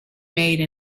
made